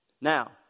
Now